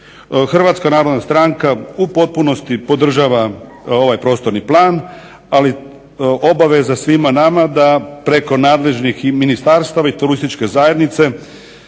Hrvatska narodna stranka u potpunosti podržava ovaj prostorni plan, ali obaveza svima nama da preko nadležnih i ministarstava i turističke zajednice